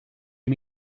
you